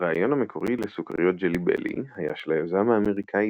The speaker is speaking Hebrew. הרעיון המקורי לסוכריות ג'לי בלי היה של היזם האמריקאי